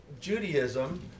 Judaism